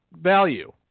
value